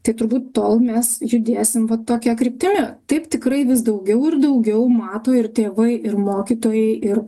tai turbūt tol mes judėsim va tokia kryptimi taip tikrai vis daugiau ir daugiau mato ir tėvai ir mokytojai ir